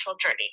journey